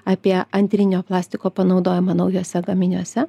apie antrinio plastiko panaudojimą naujuose gaminiuose